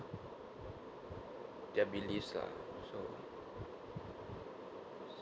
their beliefs lah so